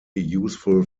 useful